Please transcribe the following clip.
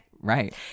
right